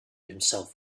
himself